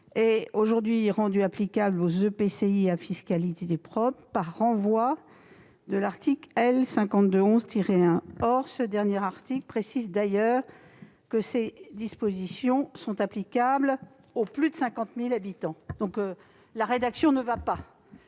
aujourd'hui rendu applicable aux EPCI à fiscalité propre par renvoi de l'article L. 5211-1. Or ce dernier article précise que ses dispositions sont applicables aux EPCI de plus de 50 000 habitants. La rédaction ne va donc